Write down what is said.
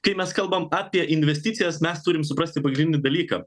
kai mes kalbam apie investicijas mes turim suprasti pagrindinį dalyką